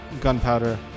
gunpowder